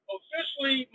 Officially